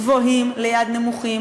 גבוהים ליד נמוכים,